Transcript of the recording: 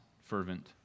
fervent